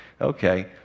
Okay